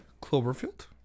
Cloverfield